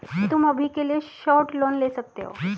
तुम अभी के लिए शॉर्ट लोन ले सकते हो